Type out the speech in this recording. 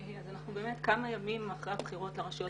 אנחנו באמת כמה ימים אחרי הבחירות לרשויות